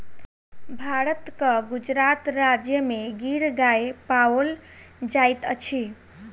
भारतक गुजरात राज्य में गिर गाय पाओल जाइत अछि